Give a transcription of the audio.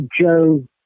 Joe